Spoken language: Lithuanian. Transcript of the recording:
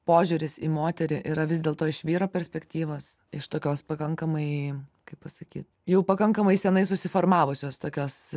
požiūris į moterį yra vis dėl to iš vyro perspektyvos iš tokios pakankamai kaip pasakyt jau pakankamai senai susiformavusios tokios